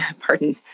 pardon